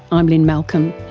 i'm lynne malcolm,